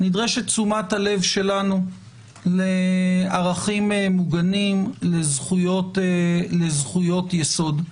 נדרשת תשומת הלב שלנו לערכים מוגנים לזכויות יסוד.